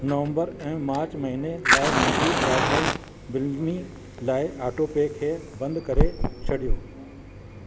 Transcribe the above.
नवंबर ऐं मार्च महीने लाइ मुंहिंजी ब्रॉडबैंड बिलनि लाइ ऑटोपे खे बंदि करे छॾियो